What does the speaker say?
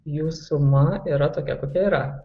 jų suma yra tokia kokia yra